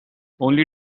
only